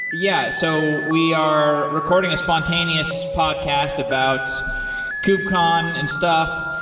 yeah. so, we are recording a spontaneous podcast about kubecon and stuff.